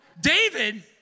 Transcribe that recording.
David